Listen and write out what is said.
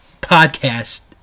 podcast